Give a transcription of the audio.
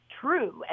true